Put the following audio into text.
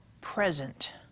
present